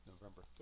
November